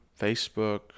facebook